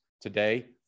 today